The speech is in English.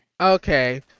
Okay